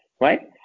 right